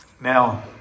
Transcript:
Now